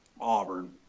Auburn